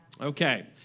Okay